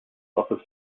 offers